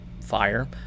fire